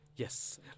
Yes